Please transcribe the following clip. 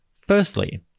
Firstly